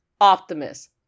optimus